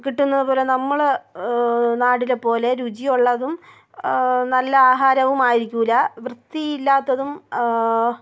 കിട്ടുന്നത് പോലെ നമ്മൾ നാടിനെ പോലെ രുചിയുള്ളതും നല്ല ആഹാരവും ആയിരിക്കില്ല വൃത്തിയില്ലാത്തതും